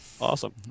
Awesome